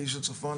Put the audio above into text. כאיש הצפון,